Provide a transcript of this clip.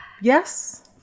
yes